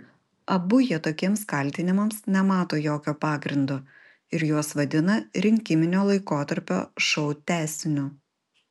abu jie tokiems kaltinimams nemato jokio pagrindo ir juos vadina rinkiminio laikotarpio šou tęsiniu